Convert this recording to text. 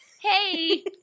Hey